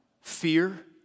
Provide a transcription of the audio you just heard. fear